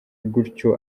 gutyo